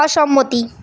অসম্মতি